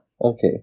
Okay